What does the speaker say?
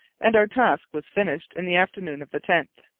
and our task was finished in the afternoon of the tenth.